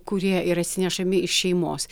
kurie yra atsinešami iš šeimos